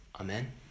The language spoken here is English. Amen